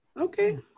Okay